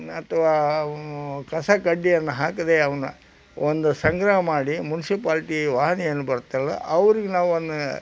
ಅಥವಾ ಆ ಕಸ ಕಡ್ಡಿಯನ್ನು ಹಾಕದೆ ಅವನ್ನ ಒಂದು ಸಂಗ್ರಹ ಮಾಡಿ ಮುನ್ಸಿಪಾಲ್ಟಿ ವಾಹನ ಏನು ಬರ್ತಲ್ಲ ಅವ್ರಿಗೆ ನಾವದನ್ನ